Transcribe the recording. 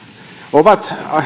ovat